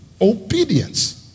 obedience